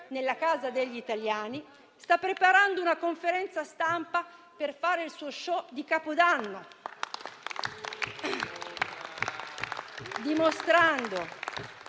nella casa degli italiani, sta preparando una conferenza stampa per fare il suo *show* di capodanno